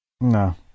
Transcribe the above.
no